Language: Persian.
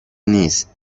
نیست